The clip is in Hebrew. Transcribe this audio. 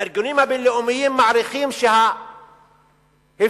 הארגונים הבין-לאומיים מעריכים שההפסד